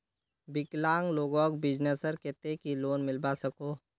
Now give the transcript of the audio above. विकलांग लोगोक बिजनेसर केते की लोन मिलवा सकोहो?